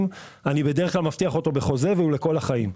אני בדרך מבטיח אותו בחוזה והוא לכל החיים.